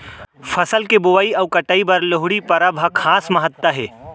फसल के बोवई अउ कटई बर लोहड़ी परब ह खास महत्ता हे